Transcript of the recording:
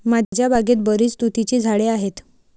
माझ्या बागेत बरीच तुतीची झाडे आहेत